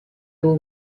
two